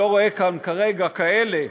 אני לא רואה כאן כרגע כאלה,